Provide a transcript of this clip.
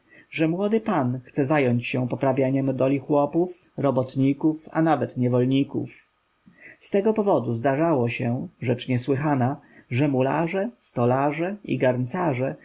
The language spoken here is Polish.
że młody pan chce zająć się poprawieniem doli chłopów robotników a nawet niewolników z tego powodu zdarzało się rzecz niesłychana że mularze stolarze i garncarze